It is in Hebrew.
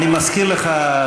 אני מזכיר לך,